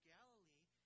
Galilee